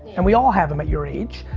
and we all have them at your age,